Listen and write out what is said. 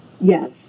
Yes